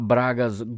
Braga's